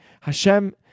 Hashem